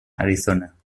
arizona